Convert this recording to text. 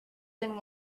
than